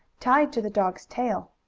tied to the dog's tail.